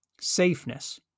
safeness